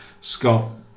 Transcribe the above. Scott